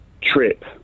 Trip